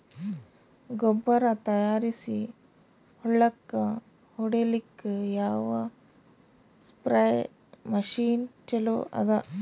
ಗೊಬ್ಬರ ತಯಾರಿಸಿ ಹೊಳ್ಳಕ ಹೊಡೇಲ್ಲಿಕ ಯಾವ ಸ್ಪ್ರಯ್ ಮಷಿನ್ ಚಲೋ ಅದ?